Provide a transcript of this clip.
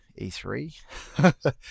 E3